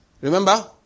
Remember